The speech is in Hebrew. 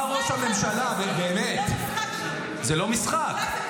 אמר ראש הממשלה, נו, באמת, זה לא משחק.